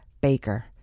Baker